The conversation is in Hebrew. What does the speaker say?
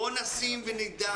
בואו נשים ונדע,